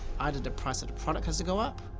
either the price of the product has to go up,